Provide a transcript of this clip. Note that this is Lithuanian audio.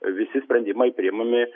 visi sprendimai priimami